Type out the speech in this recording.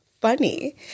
funny